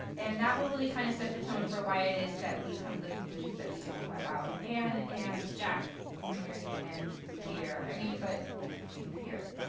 and that will really kind of set the tone for why it is that we come to the conclusions that we do about anne and jack and mary and pierre i mean, but i mean pierre.